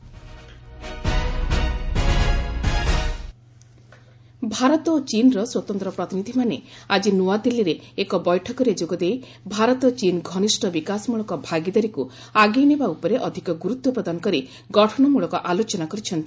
India ଚୀନ୍ ଭାରତ ଓ ଚୀନ୍ର ସ୍ୱତନ୍ତ୍ର ପ୍ରତିନିଧିମାନେ ଆଜି ନୂଆଦିଲ୍ଲୀରେ ଏକ ବୈଠକରେ ଯୋଗଦେଇ ଭାରତ ଚୀନ ଘନିଷ୍ଠ ବିକାଶମୂଳକ ଭାଗିଦାରୀକୁ ଆଗେଇ ନେବା ଉପରେ ଅଧିକ ଗୁରୁତ୍ୱ ପ୍ରଦାନ କରି ଗଠନମୂଳକ ଆଲୋଚନା କରିଛନ୍ତି